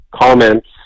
comments